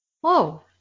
Whoa